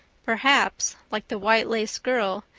perhaps, like the white-lace girl,